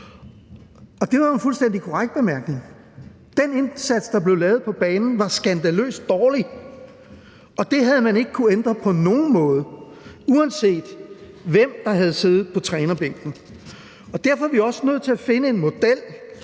det var jo en fuldstændig korrekt bemærkning. Den indsats, der blev lavet på banen, var skandaløst dårlig, og det havde man ikke kunnet ændre på nogen måde, uanset hvem der havde siddet på trænerbænken. Og derfor er vi også nødt til at finde en model,